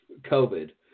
COVID